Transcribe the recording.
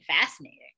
fascinating